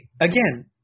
again